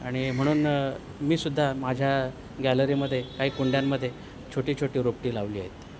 आणि म्हणून मी सुुद्धा माझ्या गॅलरीमध्ये काही कुंड्यांमध्ये छोटी छोटी रोपटी लावली आहेत